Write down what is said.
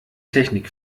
technik